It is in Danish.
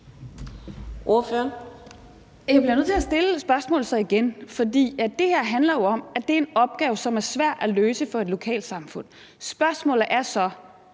Jeg bliver så nødt til at stille spørgsmålet igen. Det her handler jo om, at det er en opgave, som er svær at løse for et lokalsamfund. Spørgsmålet er så,